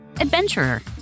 Adventurer